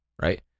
right